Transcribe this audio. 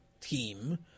team